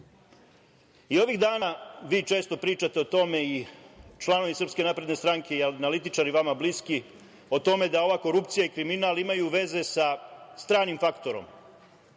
nada vi često pričate o tome i članovi SNS i analitičari vama bliski, o tome da ova korupcija i kriminal imaju veze sa stranim faktorom.